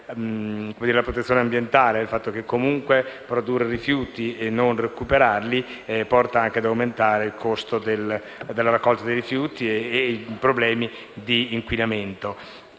la protezione ambientale e il fatto che, comunque, produrre rifiuti e non recuperarli porta ad aumentare il costo della raccolta dei rifiuti e i relativi problemi di inquinamento.